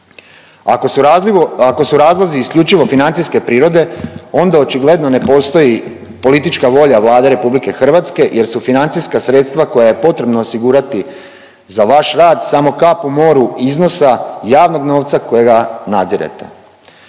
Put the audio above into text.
Ako su razlozi isključivo financijske prirode, onda očigledno ne postoji politička volja Vlade RH jer su financijska sredstva koja je potrebno osigurati za vaš rad samo kap u moru iznosa javnog novca kojega nadzirete.